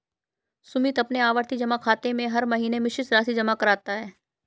सुमित अपने आवर्ती जमा खाते में हर महीने निश्चित राशि जमा करता है